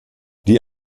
die